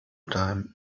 time